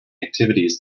activities